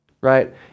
right